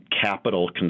capital